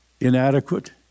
inadequate